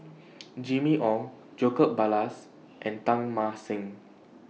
Jimmy Ong Jacob Ballas and Teng Mah Seng